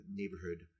neighborhood